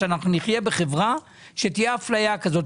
שאנחנו נחיה בחברה שתהיה אפליה כזאת.